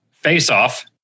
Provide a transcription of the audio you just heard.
Face-off